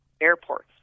airports